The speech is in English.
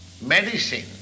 medicine